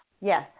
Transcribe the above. Yes